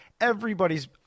Everybody's